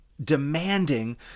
demanding